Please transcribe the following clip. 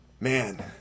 man